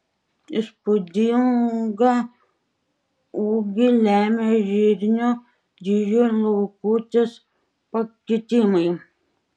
įspūdingą ūgį lemia žirnio dydžio liaukutės pakitimai